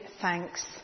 thanks